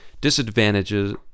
disadvantages